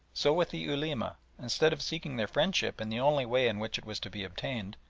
so with the ulema, instead of seeking their friendship in the only way in which it was to be obtained,